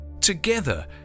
Together